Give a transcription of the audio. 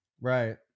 right